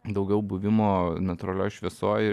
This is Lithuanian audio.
daugiau buvimo natūralioj šviesoj